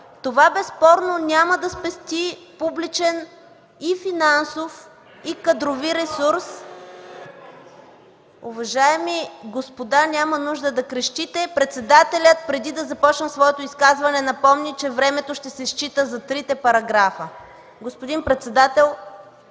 Това безспорно няма да спести публичен, финансов и кадрови ресурс. (Силен шум в КБ.) Уважаеми господа, няма нужда да крещите. Председателят, преди да започна своето изказване, напомни, че времето ще се счита за трите параграфа. Господин председател,